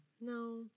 no